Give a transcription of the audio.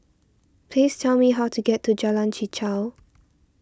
please tell me how to get to Jalan Chichau